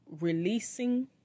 Releasing